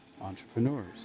Entrepreneurs